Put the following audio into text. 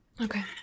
Okay